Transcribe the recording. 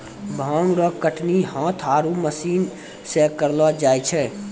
भांग रो कटनी हाथ आरु मशीन से करलो जाय छै